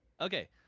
Okay